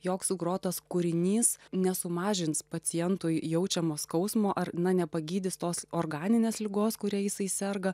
joks sugrotas kūrinys nesumažins pacientui jaučiamo skausmo ar na nepagydys tos organinės ligos kuria jisai serga